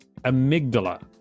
amygdala